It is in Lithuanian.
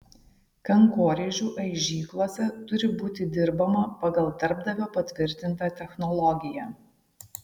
kankorėžių aižyklose turi būti dirbama pagal darbdavio patvirtintą technologiją